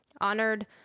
honored